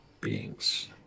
beings